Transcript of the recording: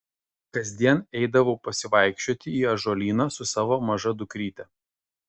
kasdien eidavau pasivaikščioti į ąžuolyną su savo maža dukryte